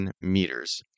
meters